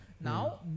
now